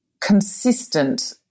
consistent